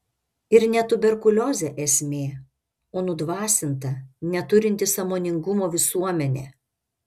ir ne tuberkuliozė esmė o nudvasinta neturinti sąmoningumo visuomenė